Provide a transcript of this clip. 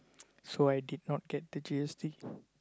so I did not get the G_S_T